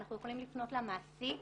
אנחנו יכולים לפנות למעסיק,